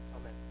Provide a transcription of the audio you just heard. Amen